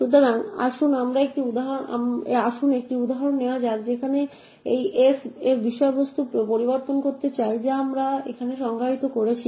সুতরাং আসুন একটি উদাহরণ নেওয়া যাক যেখানে আমরা এই s এর বিষয়বস্তু পরিবর্তন করতে চাই যা আমরা এখানে সংজ্ঞায়িত করেছি